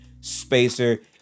spacer